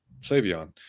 savion